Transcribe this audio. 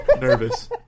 nervous